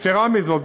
יתרה מזאת,